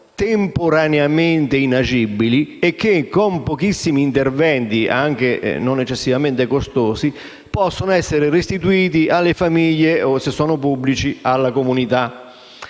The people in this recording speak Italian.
temporaneamente inagibili, con pochissimi interventi, anche non eccessivamente costosi, possono essere restituiti alle famiglie o, qualora pubblici, alla comunità.